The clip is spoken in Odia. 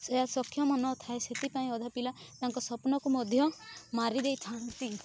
ସେୟା ସକ୍ଷମ ନଥାଏ ସେଥିପାଇଁ ଅଧା ପିଲା ତାଙ୍କ ସ୍ୱପ୍ନକୁ ମଧ୍ୟ ମାରି ଦେଇଥାଆନ୍ତି